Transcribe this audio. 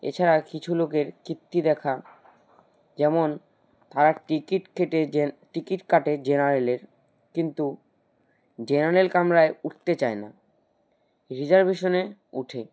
এছাড়া কিছু লোকের কীর্তি দেখা যেমন তারা টিকিট কেটে জেন টিকিট কাটে জেনারেলের কিন্তু জেনারেল কামরায় উঠতে চায় না রিজার্ভেশনে ওঠে